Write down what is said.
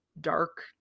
dark